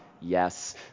Yes